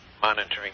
monitoring